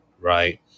right